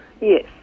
yes